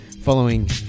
Following